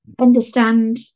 understand